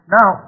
Now